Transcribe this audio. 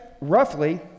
roughly